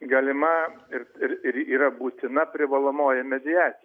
galima ir ir ir yra būtina privalomoji mediacija